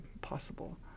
possible